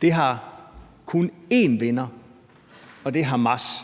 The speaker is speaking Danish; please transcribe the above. kun har én vinder og det er Hamas?